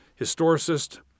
historicist